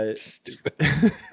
Stupid